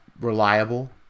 reliable